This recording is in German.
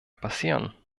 passieren